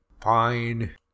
Fine